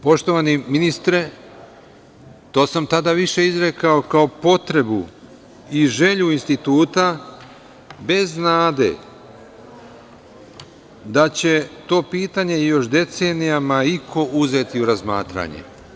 Poštovani ministre, to sam tada više izrekao kao potrebu i želju instituta, bez nade da će to pitanje i još decenijama iko uzeti u razmatranje.